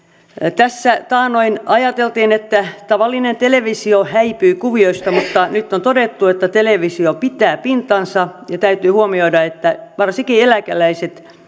tässä taannoin ajateltiin että tavallinen televisio häipyy kuvioista mutta nyt on todettu että televisio pitää pintansa ja täytyy huomioida että varsinkin eläkeläiset